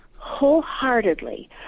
wholeheartedly